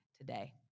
today